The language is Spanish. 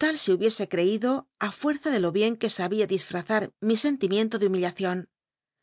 tal se hubiera ci'cido á fuerza de lo bien que sabía disfrazar mi sentimiento de humillncion